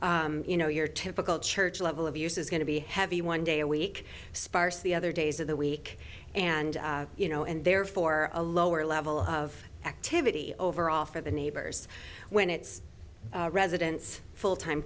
you know your typical church level of use is going to be heavy one day a week sparse the other days of the week and you know and therefore a lower level of activity overall for the neighbors when it's residents full time